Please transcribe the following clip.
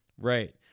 Right